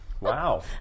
Wow